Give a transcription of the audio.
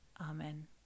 Amen